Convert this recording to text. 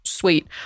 Sweet